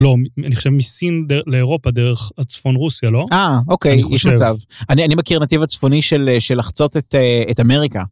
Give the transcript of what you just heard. לא, אני חושב מסין לאירופה, דרך הצפון רוסיה, לא? - אה, אוקיי, יש מצב. אני מכיר נתיב הצפוני של לחצות את אמריקה.